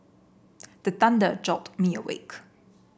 the thunder jolt me awake